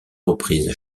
reprises